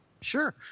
Sure